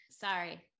sorry